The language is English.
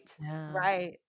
right